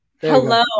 Hello